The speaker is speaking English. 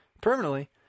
permanently